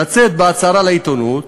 לצאת בהצהרה לעיתונות,